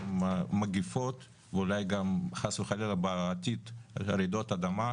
גם מגפות ואולי גם חס וחלילה בעתיד רעידות אדמה,